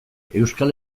euskal